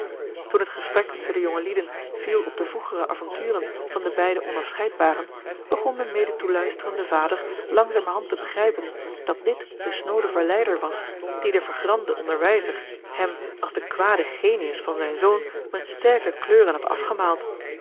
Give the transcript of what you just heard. toen het gesprek tusschen de jonge lieden viel op de vroegere avonturen van de beide onafscheidbaren begon de mede toeluisterende vader langzamerhand te begrijpen dat dit de snoode verleider was dien de vergramde onderwijzer hem als den kwaden genius van zijnen zoon met sterke kleuren had afgemaald